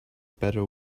better